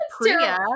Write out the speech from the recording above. Priya